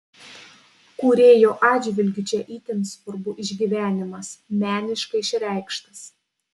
kūrėjo atžvilgiu čia itin svarbu išgyvenimas meniškai išreikštas